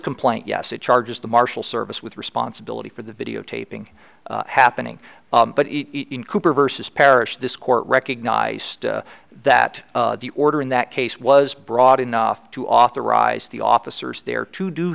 complaint yes it charges the marshal service with responsibility for the videotaping happening but even cooper versus parish this court recognized that the order in that case was broad enough to authorize the officers there to do